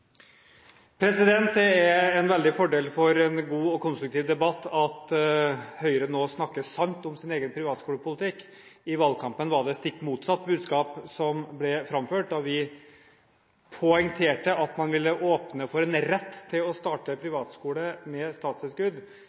replikkordskifte. Det er en veldig fordel for en god og konstruktiv debatt at Høyre nå snakker sant om sin egen privatskolepolitikk. I valgkampen var det stikk motsatt budskap som ble framført. Da vi poengterte at man ville åpne for en rett til å starte privatskole med statstilskudd,